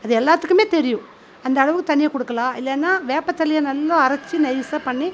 அது எல்லாத்துக்குமே தெரியும் அந்த அளவு தண்ணியை கொடுக்கலாம் இல்லைனா வேப்பத்து தழைய நல்லா அரைச்சி நைசாக பண்ணி